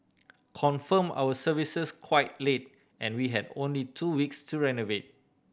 confirmed our services quite late and we had only two weeks to renovate